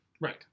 right